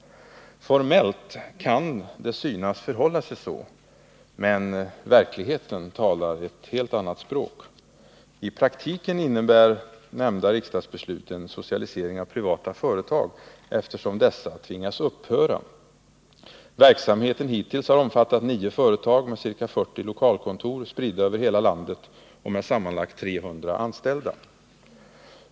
Formellt kan det synas förhålla sig så, men verkligheten talar ett helt annat språk. I praktiken innebär beslutet en socialisering av privata företag, eftersom dessa tvingas upphöra. Verksamheten har hittills omfattat nio företag med ca 40 lokalkontor, spridda över hela landet och med sammanlagt 300 anställda.